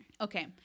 Okay